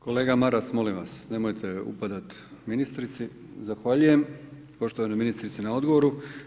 Kolega Maras, molim vas, nemojte upadat ministrici, zahvaljujem poštovanoj ministrici na odgovoru.